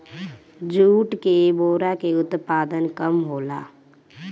jute के बोरा के उत्पादन कम होला